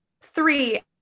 three